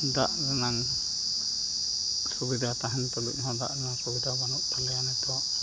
ᱫᱟᱜ ᱨᱮᱱᱟᱝ ᱥᱩᱵᱤᱫᱷᱟ ᱛᱟᱦᱮᱱ ᱛᱩᱞᱩᱡ ᱦᱚᱸ ᱫᱟᱜ ᱨᱮᱱᱟᱜ ᱥᱩᱵᱤᱫᱷᱟ ᱵᱟᱱᱩᱜ ᱛᱟᱞᱮᱭᱟ ᱱᱤᱛᱚᱜ